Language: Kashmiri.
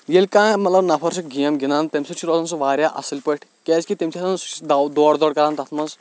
ییٚلہِ کانٛہہ مطلب نَفر چھُ گیم گنٛدان تَمہِ سۭتۍ چھُ روزان سُہ واریاہ اَصٕل پٲٹھۍ کیازِ کہِ تٔمۍ چھِ آسان دورٕ دورٕ کران تَتھ منٛز